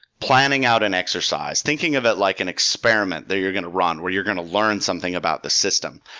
planning out an exercise. thinking of it like an experiment that you're going to run, where you're going to learn something about the system.